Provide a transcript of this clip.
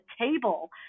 table